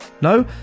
no